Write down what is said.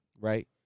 right